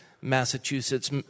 Massachusetts